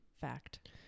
Fact